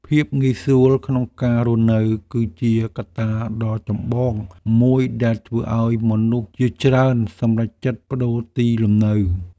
ភាពងាយស្រួលក្នុងការរស់នៅ គឺជាកត្តាដ៏ចម្បងមួយដែលធ្វើឱ្យមនុស្សជាច្រើនសម្រេចចិត្តប្តូរទីលំនៅ។